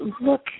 look